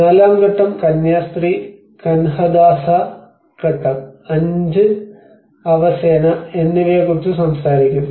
നാലാം ഘട്ടം കന്യാസ്ത്രീ കൻഹദാസ ഘട്ടം അഞ്ച് അവെസേന എന്നിവയെക്കുറിച്ച് സംസാരിക്കുന്നു